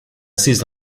seized